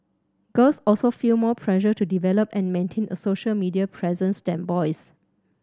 girls also feel more pressure to develop and maintain a social media presence than boys